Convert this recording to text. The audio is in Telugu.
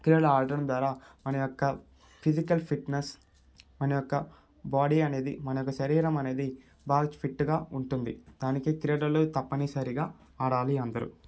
క్రీడలు ఆడడం ద్వారా మన యొక్క ఫిజికల్ ఫిట్నెస్ మన యొక్క బాడీ అనేది మన యొక్క శరీరం అనేది బాగా ఫిట్గా ఉంటుంది దానికి క్రీడలు తప్పనిసరిగా ఆడాలి అందరూ